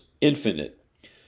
infinite